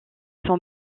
son